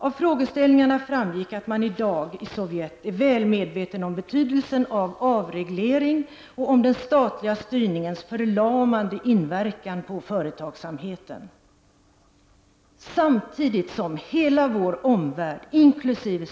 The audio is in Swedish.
Av frågorna framgick att man i dag i Sovjet är väl medveten om betydelsen av avreglering och om den statliga styrningens förlamande inverkan på företagsamheten. Samtidigt som hela vår värld, inkl.